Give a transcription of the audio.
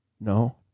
No